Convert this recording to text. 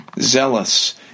zealous